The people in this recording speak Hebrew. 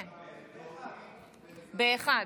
כן, ב-13:00,